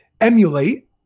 emulate